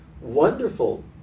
wonderful